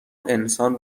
انسان